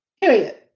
period